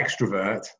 extrovert